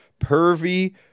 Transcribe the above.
pervy